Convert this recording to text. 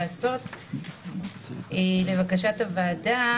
לבקשת הוועדה,